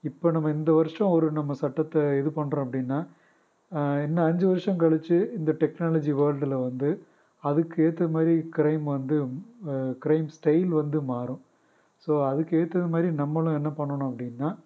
இப்போ நம்ம இந்த வருஷம் ஒரு நம்ம சட்டத்தை இது பண்ணுறோம் அப்படின்னா இன்னும் அஞ்சு வருஷம் கழித்து இந்த டெக்னாலஜி வேர்ல்டில் வந்து அதுக்கு ஏத்த மாதிரி க்ரைம் வந்து க்ரைம் ஸ்டைல் வந்து மாறும் ஸோ அதுக்கு ஏற்றது மாதிரி நம்மளும் என்ன பண்ணனும் அப்படின்னா